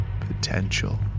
potential